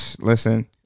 Listen